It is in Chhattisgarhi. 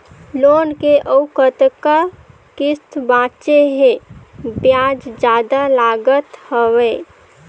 लोन के अउ कतका किस्त बांचें हे? ब्याज जादा लागत हवय,